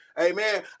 amen